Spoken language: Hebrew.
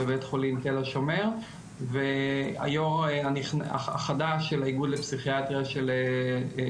בבית חולים תל השומר והיו"ר החדש של האגוד לפסיכיאטריה של הילד.